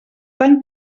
tan